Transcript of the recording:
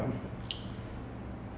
ஏன் மீன்:yaen meen curry பிடிக்காதா:pidikaathaa